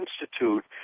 institute